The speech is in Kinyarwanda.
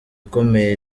ikomeye